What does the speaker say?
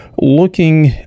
looking